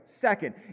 second